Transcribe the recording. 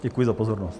Děkuji za pozornost.